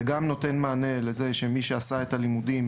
זה גם נותן מענה לכך שמי שעשה את הלימודים